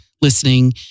listening